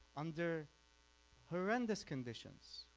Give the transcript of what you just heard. under horrendous conditions,